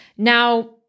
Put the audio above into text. Now